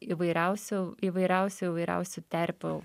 įvairiausių įvairiausių įvairiausių terpių